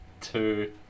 two